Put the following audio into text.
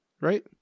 right